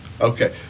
Okay